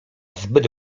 zbyt